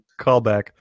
Callback